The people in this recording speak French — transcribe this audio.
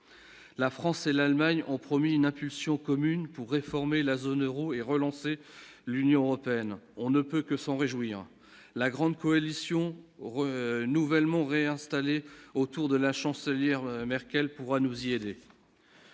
la France et l'Allemagne ont promis une impulsion commune pour réformer la zone Euro est relancé, l'Union européenne, on ne peut que s'en réjouir, la grande coalition re nouvellement réinstallée autour de la chancelière Merkel pour nous y aider.